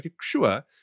Sure